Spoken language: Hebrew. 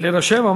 להירשם אפשר?